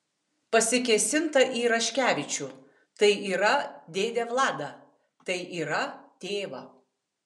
pasikėsinta į raškevičių tai yra dėdę vladą tai yra tėvą